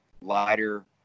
lighter